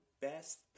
best